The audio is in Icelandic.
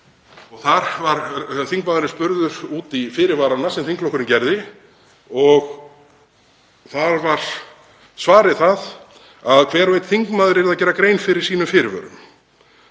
Þar var þingmaðurinn spurður út í fyrirvarana sem þingflokkurinn gerði og svarið var að hver og einn þingmaður yrði að gera grein fyrir sínum fyrirvörum.